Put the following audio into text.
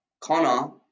Connor